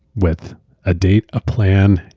with a date, a plan,